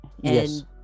yes